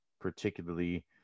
particularly